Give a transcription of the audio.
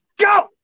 Go